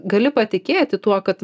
gali patikėti tuo kad